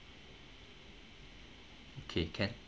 okay can